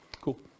Cool